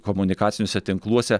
komunikaciniuose tinkluose